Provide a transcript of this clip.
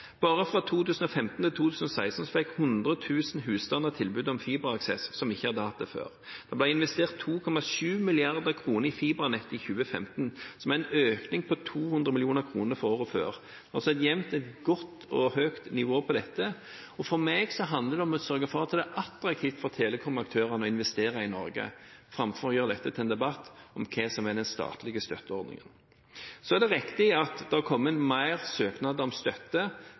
Bare fra 2015 til 2016 fikk 100 000 husstander som ikke hadde hatt det før, tilbud om fiberaksess. Det ble investert 2,7 mrd. kr i fibernett i 2015, som er en økning på 200 000 mill. kr fra året før, altså et jevnt godt og høyt nivå på dette. For meg handler det om å sørge for at det er attraktivt for telekomaktørene å investere i Norge framfor å gjøre dette til en debatt om hva som er den statlige støtteordningen. Så er det riktig at det er kommet flere søknader om støtte